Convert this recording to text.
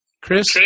Chris